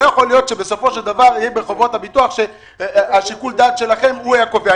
לא ייתכן שבסופו של דבר יהיה ששיקול הדעת שלכם יהיה הקובע.